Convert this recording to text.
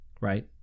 right